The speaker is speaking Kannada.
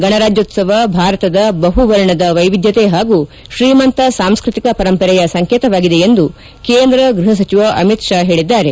ಗಣರಾಜ್ಕೋತ್ಸವ ಭಾರತದ ಬಹುವರ್ಣದ ವೈವಿಧ್ಯತೆ ಹಾಗೂ ಶ್ರೀಮಂತ ಸಾಂಸ್ಟತಿಕ ಪರಂಪರೆ ಯ ಸಂಕೇತವಾಗಿದೆ ಎಂದು ಕೇಂದ್ರ ಗೃಹ ಸಚಿವ ಅಮಿತ್ ಷಾ ಹೇಳದ್ದಾರೆ